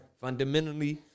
Fundamentally